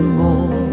more